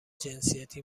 جنسیتی